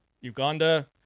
Uganda